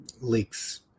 leaks